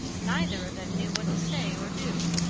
neither of them knew what to say or do.